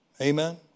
Amen